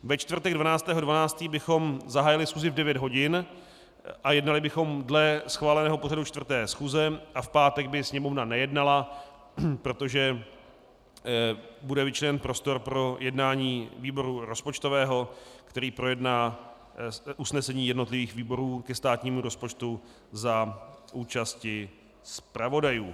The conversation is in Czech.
Ve čtvrtek 12. 12. bychom zahájili schůzi v 9 hodin a jednali bychom dle schváleného pořadu 4. schůze a v pátek by Sněmovna nejednala, protože bude vyčleněn prostor pro jednání výboru rozpočtového, který projedná usnesení jednotlivých výborů ke státnímu rozpočtu za účasti zpravodajů.